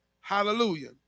Hallelujah